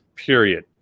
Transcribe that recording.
Period